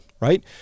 Right